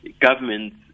Governments